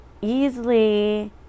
easily